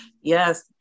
Yes